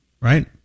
Right